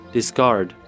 Discard